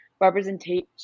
representation